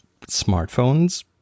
smartphones